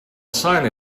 sign